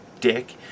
dick